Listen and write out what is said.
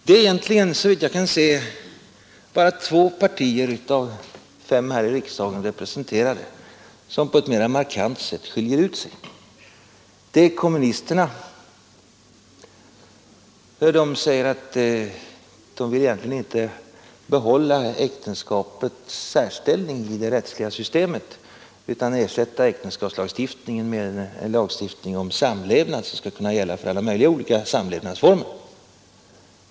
Det är egentligen, såvitt jag kan se, bara två partier av de fem här i riksdagen representerade som på ett mera markant sätt skiljer ut sig. Det är för det första kommunisterna som säger att de egentligen inte vill behålla äktenskapets särställning i det rättsliga systemet utan vill ersätta äktenskapslagstiftningen med en lagstiftning om samlevnad som skall kunna gälla för alla möjliga olika samlevnadsformer.